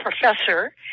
professor